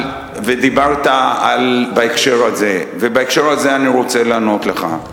ודיברת בהקשר הזה, ובהקשר הזה אני רוצה לענות לך: